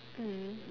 mm